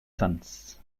sons